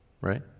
right